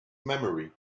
memory